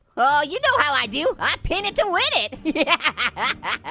oh, you know how i do, i pin it to win it yeah